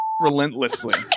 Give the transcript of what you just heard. relentlessly